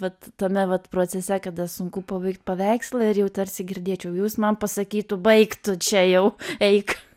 vat tame vat procese kada sunku pabaigt paveikslą ir jau tarsi girdėčiau jau jis man pasakytų baik tu čia jau eik